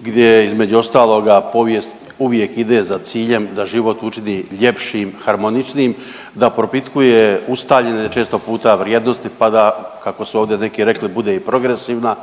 gdje između ostaloga povijest uvijek ide za ciljem da život učinim ljepšim, harmoničnijim, da propitkuje ustaljene često puta vrijednosti pa da kako su ovdje neki rekli bude i progresivna.